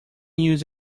use